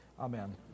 Amen